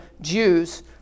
Jews